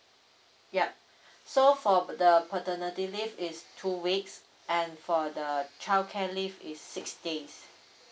yup so for the paternity leave is two weeks and for the childcare leave is six days